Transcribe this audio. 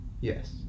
yes